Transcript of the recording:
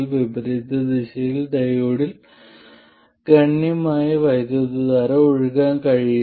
വിപരീത ദിശയിൽ ഡയോഡിൽ ഗണ്യമായ വൈദ്യുതധാര ഒഴുകാൻ കഴിയില്ല